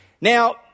Now